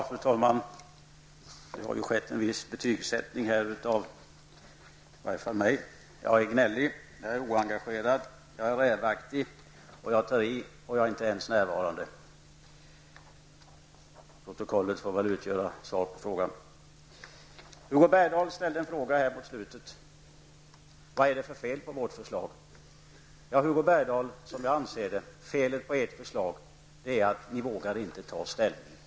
Fru talman! Det har här skett en viss betygsättning av mig. Jag är gnällig, oengagerad och rävaktig. Jag tar i, och jag är inte ens närvarande. Protokollet får väl utgöra svar på detta. Hugo Bergdahl ställde mot slutet en fråga om vad det är för fel på deras förslag. Som jag ser det är felet med ert förslag, Hugo Bergdahl, att ni inte vågar ta ställning.